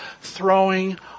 throwing